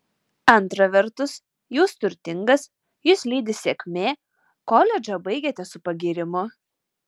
antra vertus jūs turtingas jus lydi sėkmė koledžą baigėte su pagyrimu